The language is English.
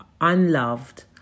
unloved